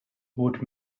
would